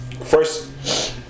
First